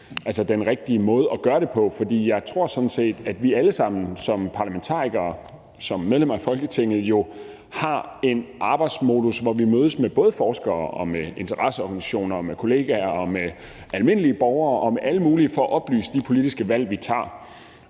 er den rigtige måde at gøre det på, for jeg tror sådan set, at vi alle sammen som parlamentarikere, som medlemmer af Folketinget, jo har en arbejdsmodus, hvor vi mødes med både forskere og med interesseorganisationer og med kollegaer og med almindelige borgere og med alle mulige for at oplyse om de politiske valg, vi tager.